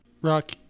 Rock